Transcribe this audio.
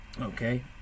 Okay